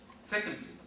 Secondly